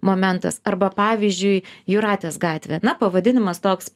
momentas arba pavyzdžiui jūratės gatvė na pavadinimas toks